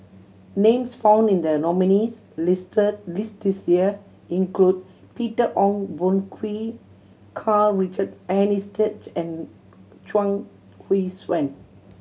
names found in the nominees' listed list this year include Peter Ong Boon Kwee Karl Richard Hanitsch and Chuang Hui Tsuan